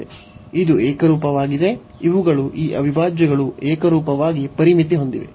ಇದು ಏಕರೂಪವಾಗಿದೆ ಇವುಗಳು ಈ ಅವಿಭಾಜ್ಯಗಳು ಏಕರೂಪವಾಗಿ ಪರಿಮಿತಿ ಹೊಂದಿವೆ